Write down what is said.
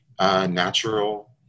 natural